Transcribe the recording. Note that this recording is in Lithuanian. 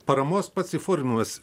paramos pats įforminimas